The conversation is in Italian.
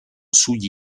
sugli